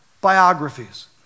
biographies